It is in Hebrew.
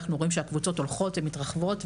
ואנחנו רואים שהקבוצות הולכות ומתרחבות,